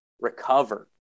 recover